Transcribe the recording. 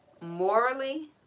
morally